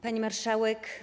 Pani Marszałek!